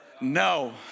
no